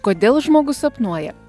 kodėl žmogus sapnuoja